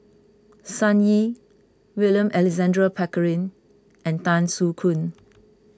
Sun Yee William Alexander Pickering and Tan Soo Khoon